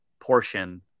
portion